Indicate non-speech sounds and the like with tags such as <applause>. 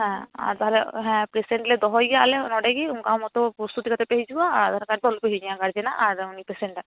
ᱦᱟᱸ ᱻᱟᱨ ᱛᱟᱦᱚᱞᱮ ᱚ ᱦᱮᱸ ᱯᱮᱥᱮᱱᱴ ᱞᱮ ᱫᱚᱦᱚᱭᱮᱭᱟ ᱟᱞᱮ ᱱᱚᱸᱰᱮ ᱜᱮ ᱚᱱᱠᱟ ᱢᱚᱛᱚ ᱯᱚᱥᱛᱩᱛᱤ ᱠᱟᱛᱮᱯᱮ ᱦᱤᱡᱩᱜᱼᱟ ᱟᱨ <unintelligible> ᱟᱨ ᱩᱱᱤ ᱯᱮᱥᱮᱱᱴᱟᱜ